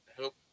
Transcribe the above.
help